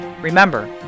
Remember